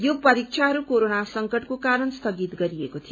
यो परीक्षाहरू कोरोना संकटको कारण स्थगित गरिएको थियो